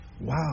wow